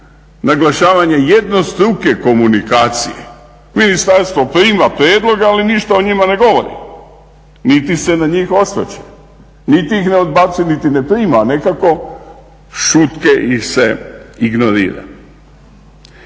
naglašavanje jednostruke komunikacije. Ministarstvo prima prijedlog ali ništa o njima ne govori niti se na njih osvrće niti ih ne odbacuje niti ne prima nekako šutke ih se ignorira.